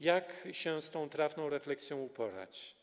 Jak się z tą trafną refleksją uporać?